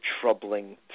troubling